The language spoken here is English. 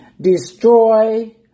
destroy